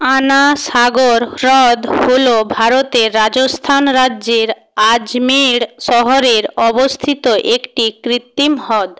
আনাসাগর হ্রদ হলো ভারতের রাজস্থান রাজ্যের আজমের শহরে অবস্থিত একটি কৃত্রিম হ্রদ